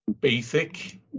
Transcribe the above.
basic